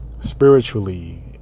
spiritually